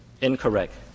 Incorrect